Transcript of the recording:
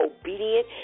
obedient